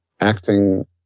acting